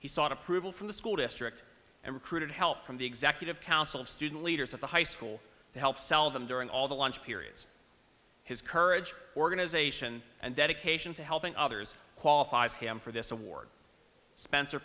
sought approval from the school district and recruited help from the executive council of student leaders at the high school to help sell them during all the lunch periods his courage organization and dedication to helping others qualifies him for this award spencer